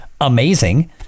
amazing